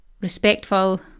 respectful